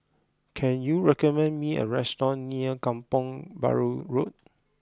can you recommend me a restaurant near Kampong Bahru Road